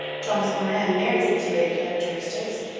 thomas moran marries these great characteristics,